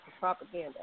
propaganda